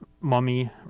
mummy